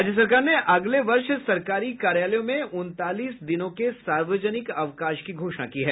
राज्य सरकार ने अगले वर्ष सरकारी कार्यालयों में उनतालीस दिनों के सार्वजनिक अवकाश की घोषणा की है